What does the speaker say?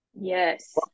Yes